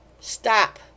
Stop